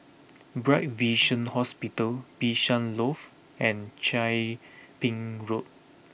Bright Vision Hospital Bishan Loft and Chia Ping Road